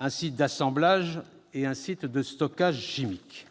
un site d'assemblage et un site de stockage chimique.